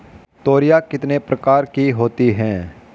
तोरियां कितने प्रकार की होती हैं?